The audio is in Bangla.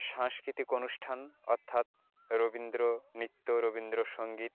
সাংস্কৃতিক অনুষ্ঠান অর্থাৎ রবীন্দ্র নৃত্য রবীন্দ্র সঙ্গীত